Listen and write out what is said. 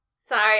Sorry